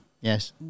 Yes